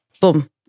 boom